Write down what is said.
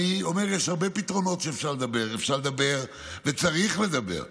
אני אומר שיש הרבה פתרונות שאפשר לדבר וצריך לדבר עליהם.